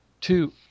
two